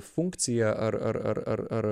funkciją ar ar ar ar ar